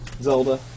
Zelda